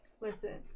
listen